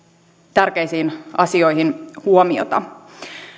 tärkeisiin asioihin huomiota